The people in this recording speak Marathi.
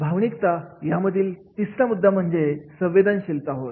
भावनिकता यामधील तिसरा पहिला म्हणजे संवेदनशीलता होय